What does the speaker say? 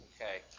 okay